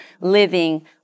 living